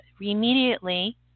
immediately